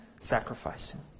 Sacrificing